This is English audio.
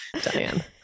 diane